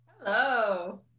Hello